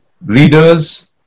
Readers